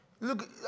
look